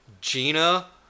Gina